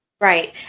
Right